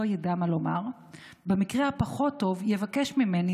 ידע מה לומר ובמקרה הפחות טוב יבקש ממני,